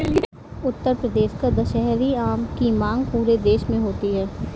उत्तर प्रदेश का दशहरी आम की मांग पूरे देश में होती है